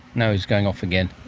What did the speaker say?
no, he's going off again.